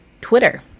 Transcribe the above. Twitter